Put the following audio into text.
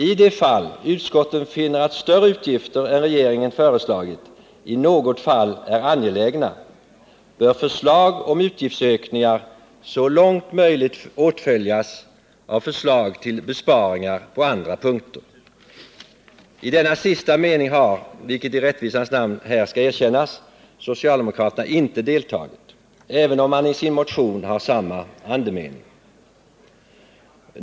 I de fall utskotten finner att större utgifter än regeringen föreslagit i något fall är angelägna, bör förslag om utgiftsökningar så långt möjligt åtföljas av förslag till besparingar på andra punkter. I denna sista mening har — vilket i rättvisans namn skall erkännas — socialdemokraterna inte deltagit, även om deras motion ger uttryck för samma andemening.